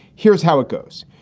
here's how it goes.